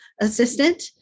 assistant